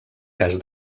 cas